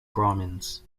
brahmins